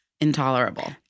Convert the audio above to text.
intolerable